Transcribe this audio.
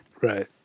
right